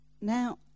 Now